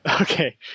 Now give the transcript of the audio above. Okay